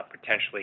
potentially